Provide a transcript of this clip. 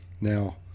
Now